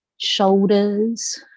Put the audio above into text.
Shoulders